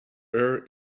err